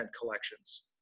collections